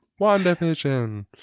Wandavision